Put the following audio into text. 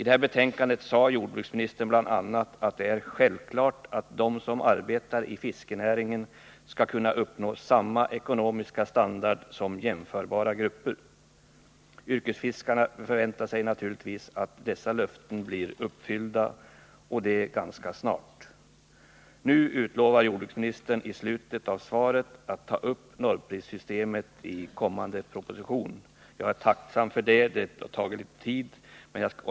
Där sade jordbruksministern bl.a. att det är självklart "att de som arbetar i fiskenäringen skall kunna uppnå samma ekonomiska standard som jämförbara grupper. Yrkesfiskarna förväntar sig naturligtvis att dessa löften blir uppfyllda och det ganska snart. Jordbruksministern lovar i slutet av svaret att ta upp normprissystemet i kommande proposition. Jag är tacksam för det — det har tagit litet tid.